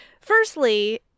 Firstly